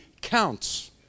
counts